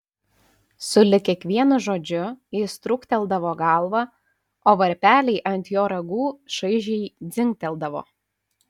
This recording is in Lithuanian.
sulig kiekvienu žodžiu jis trūkteldavo galvą o varpeliai ant jo ragų šaižiai dzingteldavo